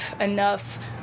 enough